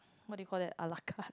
what do you call that a-la-carte